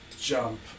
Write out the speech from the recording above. jump